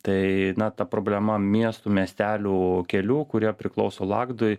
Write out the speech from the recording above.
tai ta problema miestų miestelių kelių kurie priklauso lagdui